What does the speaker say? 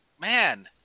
man